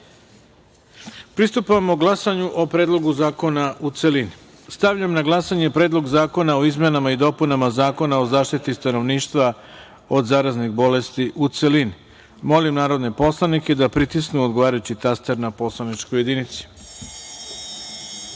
glasanju o Predlogu zakona u celini. Stavljam na glasanje Predlog zakona o izmenama i dopunama Zakona o zaštiti stanovništva od zaraznih bolesti, u celini. Molim narodne poslanike da pritisnu odgovarajući taster na poslaničkoj